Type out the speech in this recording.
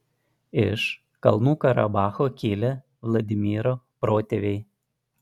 iš kalnų karabacho kilę vladimiro protėviai